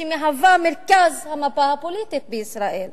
שמהווה את מרכז המפה הפוליטית בישראל.